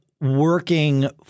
working